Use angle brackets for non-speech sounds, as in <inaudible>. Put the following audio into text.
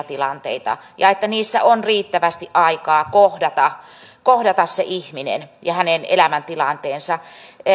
<unintelligible> tilanteita ja niissä on riittävästi aikaa kohdata kohdata se ihminen ja hänen elämäntilanteensa